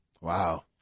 Wow